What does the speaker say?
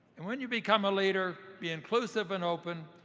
and when you become a leader, be inclusive and open.